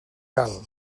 cal